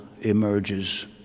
emerges